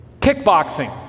kickboxing